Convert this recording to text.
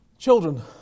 Children